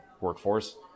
workforce